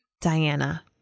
Diana